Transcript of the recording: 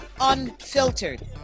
unfiltered